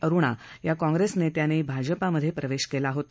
अरुणा या काँग्रेसनेत्यांनी भाजपात प्रवेश केला होता